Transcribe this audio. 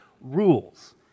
rules